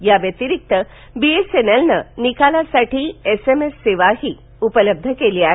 याव्यतिरिक्त बीएसएनएलनं निकालासाठी एसएमएस सेवाही उपलब्ध केली आहे